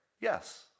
Yes